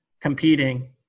competing